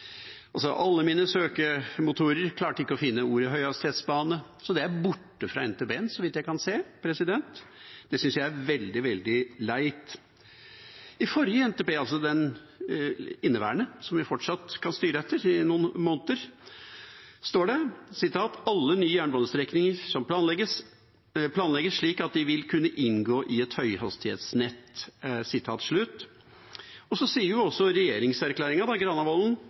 altså den inneværende, den vi fortsatt skal styre etter i noen måneder – står det: «alle nye jernbanestrekninger planlegges slik at de vil kunne inngå i et høyhastighetsnett». Så sier også